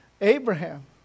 Abraham